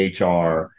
HR